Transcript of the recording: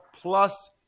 plus